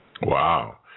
Wow